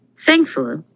Thankfully